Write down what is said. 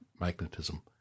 magnetism